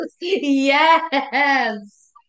Yes